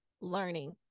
learning